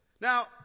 Now